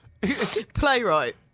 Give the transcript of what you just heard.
Playwright